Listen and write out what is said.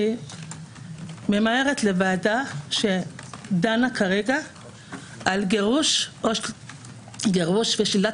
אני ממהרת לוועדה שדנה כרגע בגירוש או שלילת